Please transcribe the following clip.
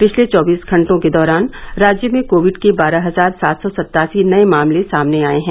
पिछले चौबीस घंटे के दौरान राज्य में कोविड के बारह हजार सात सौ सतासी नए मामले सामने आए है